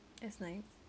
that's nice